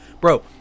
Bro